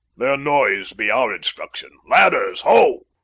their noise be our instruction ladders, ho!